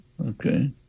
Okay